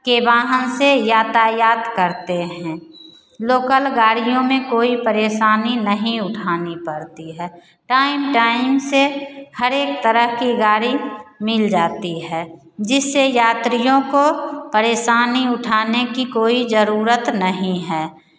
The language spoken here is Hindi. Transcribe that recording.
के वाहन से यातायात करते हैं लोकल गाड़ियों में कोई परेशानी नहीं उठानी पड़ती है टाइम टाइम से हरेक तरह की गाड़ी मिल जाती है जिससे यात्रियों को परेशानी उठाने की कोई जरूरत नहीं है